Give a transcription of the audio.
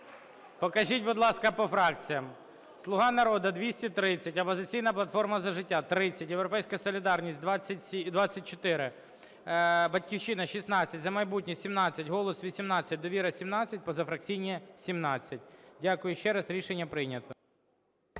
Дякую ще раз. Рішення прийнято.